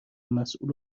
مسول